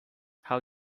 how